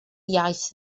iaith